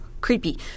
creepy